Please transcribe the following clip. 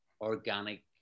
organic